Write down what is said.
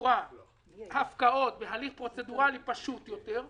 תחבורה הפקעות בהליך פרוצדורלי פשוט יותר.